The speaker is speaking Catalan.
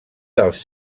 dels